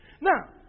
Now